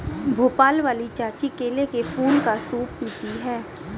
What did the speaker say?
भोपाल वाली चाची केले के फूल का सूप पीती हैं